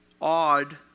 odd